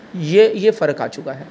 یہ یہ فرق آ چکا ہے